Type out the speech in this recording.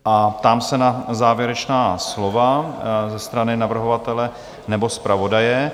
A ptám se na závěrečná slova ze strany navrhovatele nebo zpravodaje?